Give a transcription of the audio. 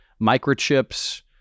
microchips